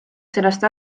sellest